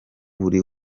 buri